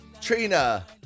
Trina